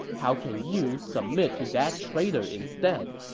how can you submit to that traitor instead?